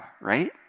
right